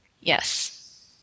Yes